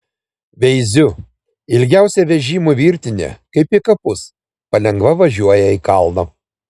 veiziu ilgiausia vežimų virtinė kaip į kapus palengva važiuoja į kalną